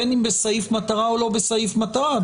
בין אם בסעיף מטרה או לא בסעיף מטרה,